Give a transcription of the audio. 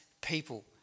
people